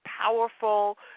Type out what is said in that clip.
powerful